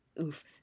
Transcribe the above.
Oof